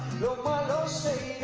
lo malo se